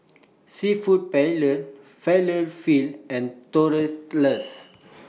Seafood Paella Falafel and Tortillas